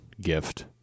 gift